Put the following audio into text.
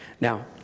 Now